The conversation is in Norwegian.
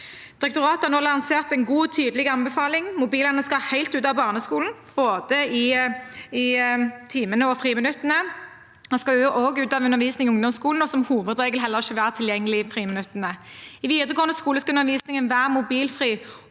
Direktoratet har nå lansert en god og tydelig anbefaling: Mobilene skal helt ut av barneskolen, både i timene og i friminuttene. Den skal også ut av undervisning i ungdomsskolen og som hovedregel heller ikke være tilgjengelig i friminuttene. I videregående skole skal undervisningen være mobilfri,